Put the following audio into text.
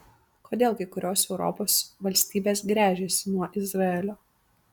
kodėl kai kurios europos valstybės gręžiasi nuo izraelio